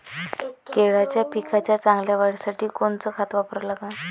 केळाच्या पिकाच्या चांगल्या वाढीसाठी कोनचं खत वापरा लागन?